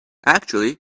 actually